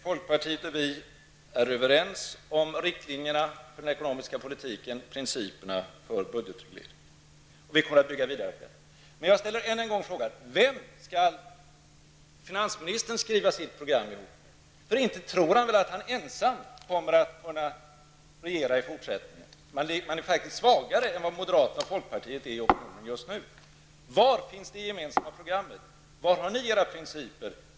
Folkpartiet och vi moderater är överens om riktlinjerna för den ekonomiska politiken och principerna för budgetpolitiken. Vi kommer att bygga vidare på det. Men jag ställer än en gång frågan: Vem skall finansministern skriva sitt program ihop med? För han tror väl inte att han ensam kommer att kunna regera i fortsättningen. Socialdemokraterna är faktiskt svagare än vad moderaterna och folkpartiet enligt opinionen är just nu. Var finns det gemensamma programmet? Var har ni era principer?